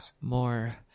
more